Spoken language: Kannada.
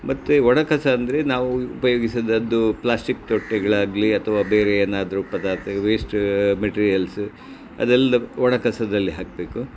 ಮತ್ತು ಒಣ ಕಸ ಅಂದರೆ ನಾವು ಉಪಯೋಗಿಸದಿದ್ದು ಪ್ಲಾಸ್ಟಿಕ್ ತೊಟ್ಟಿಗಳಾಗಲಿ ಅಥವಾ ಬೇರೆ ಏನಾದರೂ ಪದಾರ್ಥಗಳು ವೇಸ್ಟು ಮೆಟೀರಿಯಲ್ಸು ಅದೆಲ್ಲ ಒಣ ಕಸದಲ್ಲಿ ಹಾಕಬೇಕು